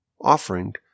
offering